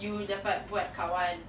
you dapat buat kawan